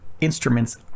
instruments